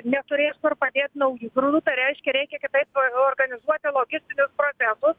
neturės kur padėt naujų grūdų tai reiškia reikia kitaip organizuoti logistinius procesus